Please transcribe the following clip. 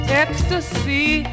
ecstasy